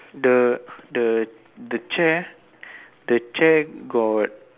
the the the chair the chair got